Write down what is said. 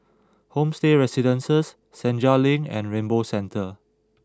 Homestay Residences Senja Link and Rainbow Centre